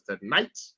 tonight